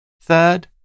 Third